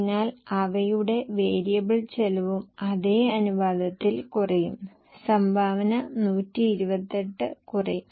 അതിനാൽ അവയുടെ വേരിയബിൾ ചെലവും അതേ അനുപാതത്തിൽ കുറയും സംഭാവന 128 കുറയും